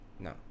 No